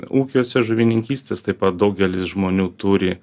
ūkiuose žuvininkystės taip pat daugelis žmonių turi